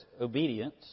obedience